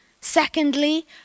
Secondly